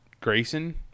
Grayson